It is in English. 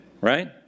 Right